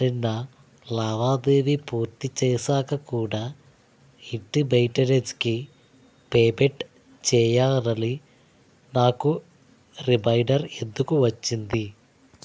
నిన్న లావాదేవీ పూర్తి చేశాక కూడా ఇంటి మెయింటెనెన్స్ కి పేమెంట్ చేయాలని నాకు రిమైడర్ ఎందుకు వచ్చింది